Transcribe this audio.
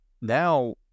now